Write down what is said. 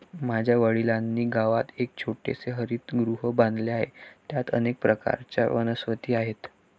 माझ्या वडिलांनी गावात एक छोटेसे हरितगृह बांधले आहे, त्यात अनेक प्रकारच्या वनस्पती आहेत